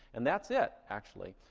and that's it, actually.